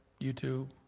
YouTube